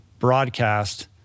broadcast